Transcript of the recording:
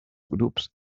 grups